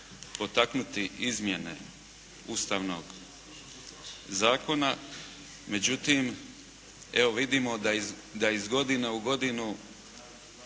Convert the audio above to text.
potaknuti izmjene Ustavnog zakona. Međutim, evo vidim da iz godine u godinu